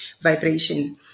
vibration